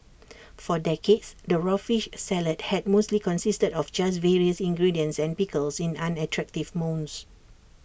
for decades the raw fish salad had mostly consisted of just various ingredients and pickles in unattractive mounds